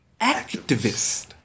activist